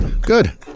Good